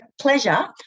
pleasure